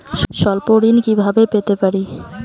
স্বল্প ঋণ কিভাবে পেতে পারি?